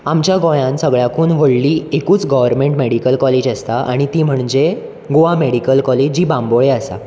आमच्या गोंयांत सगळ्यांकून व्हडली एकूच गॉरमेंट मॅडीकल कॉलेज आसता आनी ती म्हणजे गोवा मॅडीकल कॉलेज जी बांबोळे आसा